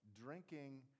drinking